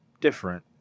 different